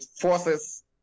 forces